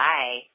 Bye